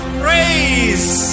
praise